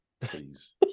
please